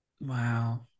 Wow